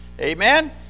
amen